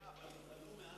היה, אבל, לא,